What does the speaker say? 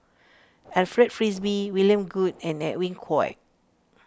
Alfred Frisby William Goode and Edwin Koek